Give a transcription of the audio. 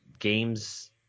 Games